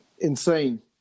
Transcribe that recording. insane